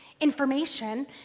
Information